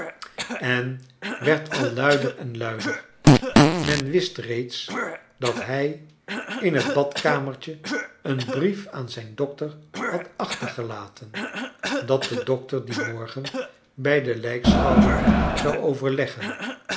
en werd al luider en luider men wist reeds dat hij in het badkamertje een brief aan zijn dokter had achtergelaten dat de dokter dien rnorgen bij de lijkschouwing zou overleggen